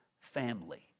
family